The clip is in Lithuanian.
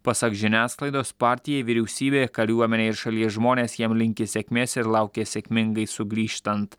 pasak žiniasklaidos partijai vyriausybė kariuomenė ir šalies žmonės jam linki sėkmės ir laukia sėkmingai sugrįžtant